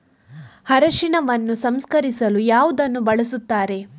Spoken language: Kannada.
ಅರಿಶಿನವನ್ನು ಸಂಸ್ಕರಿಸಲು ಯಾವುದನ್ನು ಬಳಸುತ್ತಾರೆ?